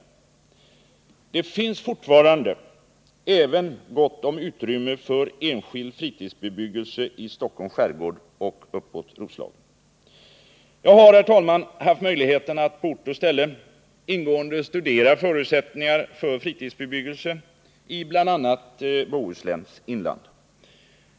Det finns fortfarande också gott om utrymme för enskild fritidsbebyggelse i Stockholms skärgård och uppåt Roslagen. Jag har, herr talman, haft möjlighet att på ort och ställe ingående studera förutsättningarna för fritidsbebyggelse i bl.a. Bohusläns inland.